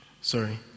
sorry